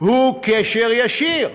הוא קשר ישיר,